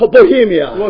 Bohemia